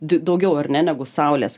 d daugiau ar ne negu saulės